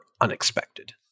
unexpected